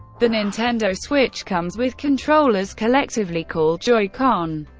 the nintendo switch comes with controllers collectively called joy-con,